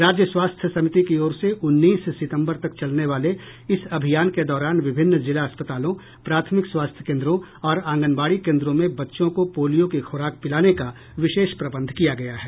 राज्य स्वास्थ्य समिति की ओर से उन्नीस सितंबर तक चलने वाले इस अभियान के दौरान विभिन्न जिला अस्पतालों प्राथमिक स्वास्थ्य केन्द्रों और आंगनबाड़ी केन्द्रों में बच्चों को पोलियो की खुराक पिलाने का विशेष प्रबंध किया गया है